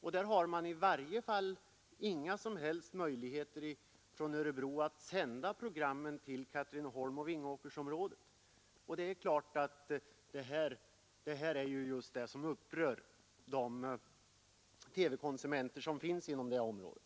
Och i Örebro har man i varje fall inga som helst möjligheter att sända programmen till Katrineholmsoch Vingåkersområdet, och det är just det som upprör TV-konsumenterna inom det området.